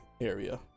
area